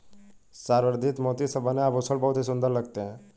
संवर्धित मोती से बने आभूषण बहुत ही सुंदर लगते हैं